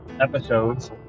episodes